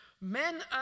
Men